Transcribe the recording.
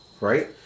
right